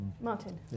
Martin